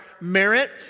merit